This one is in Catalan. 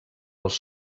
els